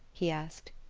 he asked.